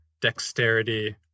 dexterity